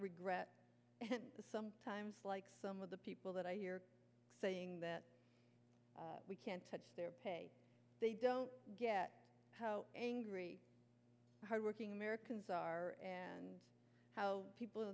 regret sometimes like some of the people that i hear saying that we can't touch their pay they don't get how angry hardworking americans are and how people